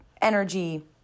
energy